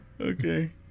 okay